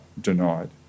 denied